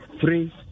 three